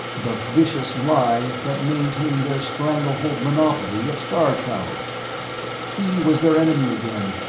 the vicious lie that maintained their stranglehold monopoly of star-travel. he was their enemy again,